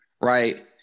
right